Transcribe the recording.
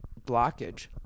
blockage